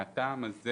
מהטעם הזה